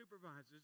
supervisors